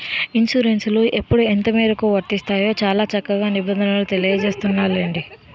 ఇన్సురెన్సులు ఎప్పుడు ఎంతమేరకు వర్తిస్తాయో చాలా చక్కగా నిబంధనలు తెలియజేస్తున్నాయిలెండి